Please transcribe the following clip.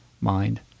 mind